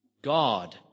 God